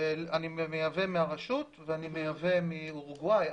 אני מייבא מהרשות ואני מייבא מאורוגוואי.